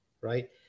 right